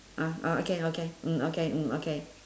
ah ah okay okay mm okay mm okay